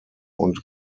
und